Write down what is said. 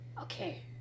Okay